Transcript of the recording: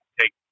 take